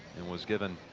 it was given